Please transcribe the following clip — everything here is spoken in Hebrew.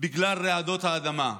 בגלל רעידות האדמה,